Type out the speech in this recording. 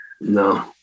no